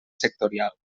sectorial